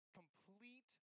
complete